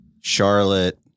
Charlotte